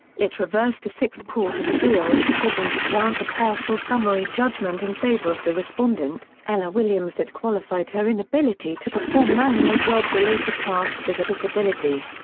it reversed a sixth court of appeals decision to grant a partial summary judgment in favor of the respondent, ella williams that qualified her inability to perform manual job-related tasks as a disability.